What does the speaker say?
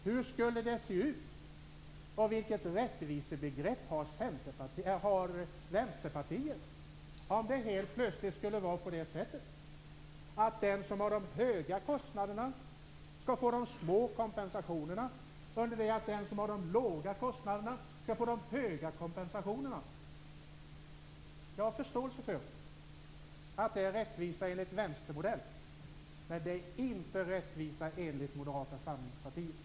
Hur skulle det se ut, och vilket rättvisebegrepp skulle Vänsterpartiet ha, om det helt plötsligt skulle vara på det sättet att den som har de höga kostnaderna skall få de små kompensationerna under det att den som har de låga kostnaderna skall få de höga kompensationerna? Jag förstår att det är rättvisa enligt vänstermodell. Men det är inte rättvisa enligt Moderata samlingspartiet.